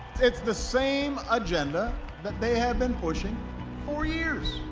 it's the same agenda that they have been pushing for years.